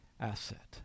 asset